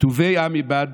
טובי עם איבד.